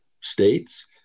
states